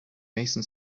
mason